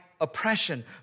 oppression